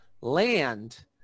land